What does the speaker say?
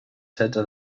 setze